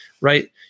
Right